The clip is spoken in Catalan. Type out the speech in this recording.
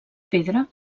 pedra